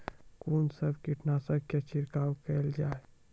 कून सब कीटनासक के छिड़काव केल जाय?